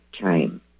time